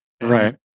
Right